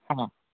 ಹಾಂ